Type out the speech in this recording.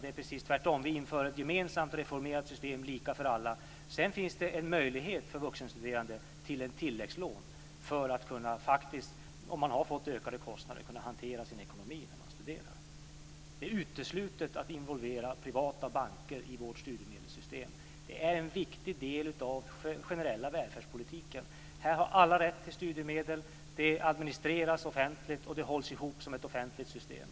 Det är precis tvärtom: Vi inför ett gemensamt, reformerat system, lika för alla, och sedan finns det för vuxenstuderande en möjlighet till ett tilläggslån för att, om man har fått ökade kostnader, faktiskt kunna hantera sin ekonomi när man studerar. Det är uteslutet att involvera privata banker i vårt studiemedelssystem. Detta är en viktig del av den generella välfärdspolitiken. Här har alla rätt till studiemedel, det administreras offentligt och det hålls ihop som ett offentligt system.